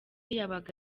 yabaga